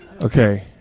Okay